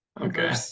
okay